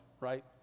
right